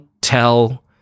tell